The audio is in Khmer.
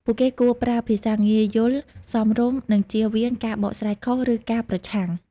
ពួកគេគួរប្រើភាសាងាយយល់ សមរម្យ និងចៀសវាងការបកស្រាយខុស ឬការប្រឆាំង។